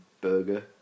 burger